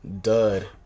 dud